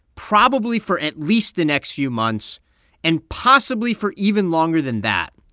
probably for at least the next few months and possibly for even longer than that,